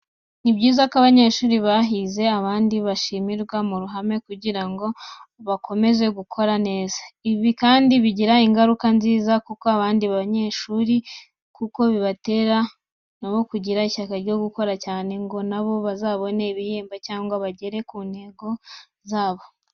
Ni byiza ko abanyeshuri bahize abandi bashimirwa mu ruhame kugira ngo bakomeze gukora neza. Ibi kandi bigira ingaruka nziza ku bandi banyeshuri kuko bibatera na bo kugira ishyaka ryo gukora cyane ngo na bo bazabone ibihembo cyangwa bagere ku ntego zabo.